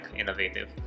innovative